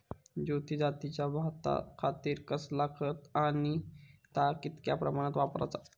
ज्योती जातीच्या भाताखातीर कसला खत आणि ता कितक्या प्रमाणात वापराचा?